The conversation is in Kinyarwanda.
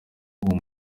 uwo